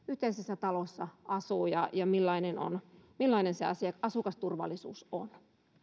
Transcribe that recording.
yhteisessä talossa asuu ja ja millainen sen asukasturvallisuus on